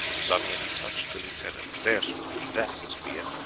suddenly he touched the lieutenant. there, sir, that must be it.